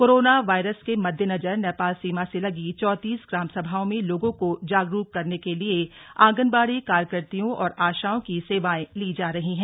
corona virus के मद्देनजर नेपाल सीमा से लगी चौंतीस ग्रामसभाओं में लोगों को जागरूक करने के लिए आंगनबाड़ी कार्यकत्रियों और आशाओं की सेवाएं ली जा रही है